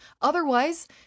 Otherwise